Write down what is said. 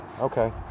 Okay